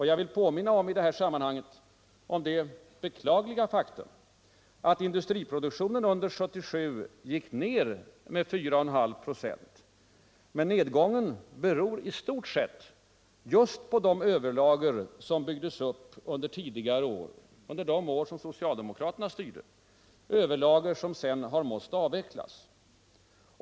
Jag vill i det här sammanhanget påminna om det beklagliga faktum att industriproduktionen under 1977 gick ned med 4,5 25. Men nedgången beror i stort sett på de överlager som byggdes upp under tidigare år — under de år då socialdemokraterna styrde — och som sedan har måst avvecklas.